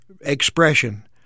expression